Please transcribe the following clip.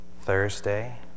Thursday